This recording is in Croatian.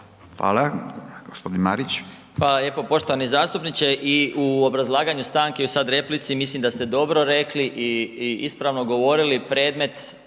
Hvala lijepo. Poštovani zastupniče i u obrazlaganju stanke i u sad replici mislim da ste dobro rekli i ispravno govorili, predmet